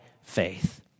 faith